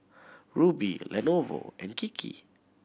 Rubi Lenovo and Kiki